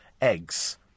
eggs